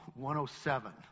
107